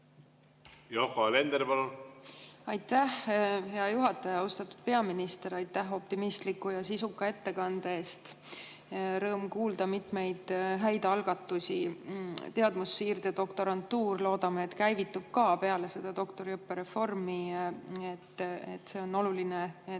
Yoko Alender, palun! Aitäh, hea juhataja! Austatud peaminister! Aitäh optimistliku ja sisuka ettekande eest! Rõõm kuulda, [et on] mitmeid häid algatusi. Teadmussiirde doktorantuur, loodame, et käivitub ka peale seda doktoriõppe reformi. See on oluline, et tõesti